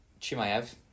Chimaev